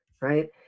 right